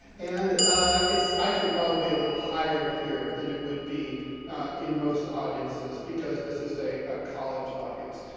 and it's actually probably a little higher here than it would be in most audiences, because this is a college audience.